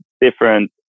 different